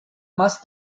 más